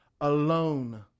alone